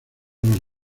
los